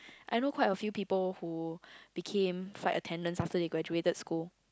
I know quite a few people who became flight attendants after they graduated school